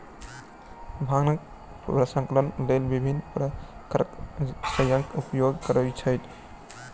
भांगक प्रसंस्करणक लेल विभिन्न प्रकारक यंत्रक प्रयोग कयल जाइत छै